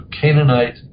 Canaanite